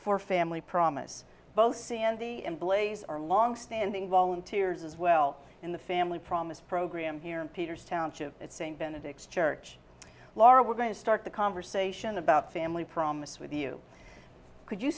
for family promise both sandy and blaze are long standing volunteers as well in the family promise program here in peters township at st benedict's church laura we're going to start the conversation about family promise with you could you